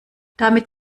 damit